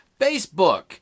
Facebook